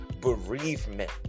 bereavement